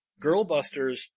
Girlbusters